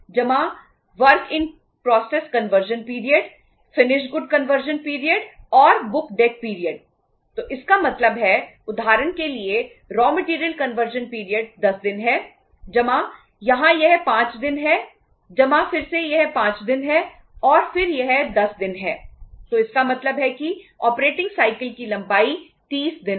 तो कुल योग अगर यह रॉ मैटेरियल कन्वर्जन पीरियड की लंबाई 30 दिन है